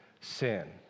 sin